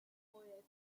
poet